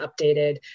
updated